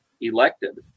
elected